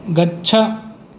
गच्छ